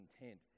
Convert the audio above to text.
intent